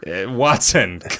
Watson